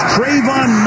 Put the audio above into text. Trayvon